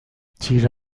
تیر